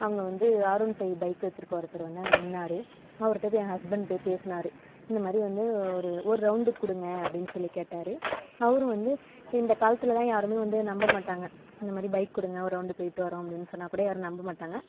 அங்கே வந்து R one five bike வச்சுருக்க ஒருத்தர் வந்து அங்கே நின்னார் அவர்கிட்ட போய் என் ஹஸ்பண்ட் போய் பேசுனார் இந்தமாதிரி வந்து ஒரு ஒரு ரௌண்டுக்கு கொடுங்க அப்படின்னு சொல்லிக் கேட்டார் அவரும் வந்து இப்போ இந்த காலத்துலெலாம் யாருமே வந்து நம்ப மாட்டாங்க இந்தமாதிரி பைக் கொடுங்க ஒரு ரௌண்டு போய்விட்டு வரோம் அப்படின்னு சொன்னால்கூட யாரும் நம்ப மாட்டாங்க